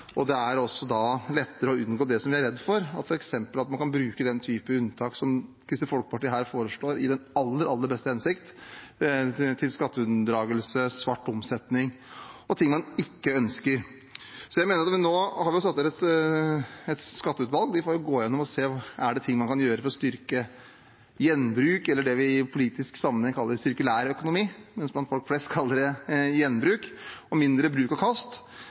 unngå det vi er redd for, f.eks. at man kan bruke den typen unntak som Kristelig Folkeparti her foreslår – i den aller, aller beste hensikt – til skatteunndragelse, svart omsetning og ting man ikke ønsker. Nå har vi satt ned et skatteutvalg, og de får gå gjennom og se på om det er ting man kan gjøre for å styrke gjenbruk eller det vi i politisk sammenheng kaller sirkulærøkonomi – folk flest kaller det gjenbruk – og mindre bruk og kast.